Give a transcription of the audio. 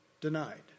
denied